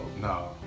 no